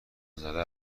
زده